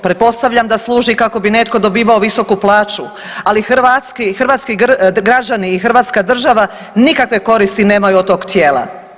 Pretpostavljam da služi kako bi netko dobivao visoku plaću, ali hrvatski građani i hrvatska država nikakve koristi nemaju od tog tijela.